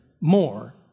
more